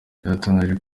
byatangajwe